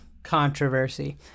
controversy